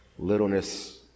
Littleness